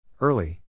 Early